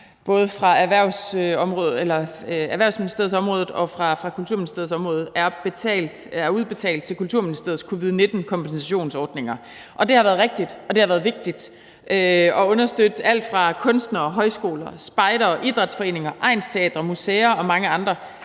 både fra Erhvervsministeriets område og fra Kulturministeriets område til Kulturministeriets covid-19-kompensationsordninger. Det har været rigtigt, og det har været vigtigt at understøtte alt fra kunstnere og højskoler, spejdere, idrætsforeninger, egnsteatre, museer og mange andre